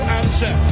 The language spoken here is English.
answer